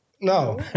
no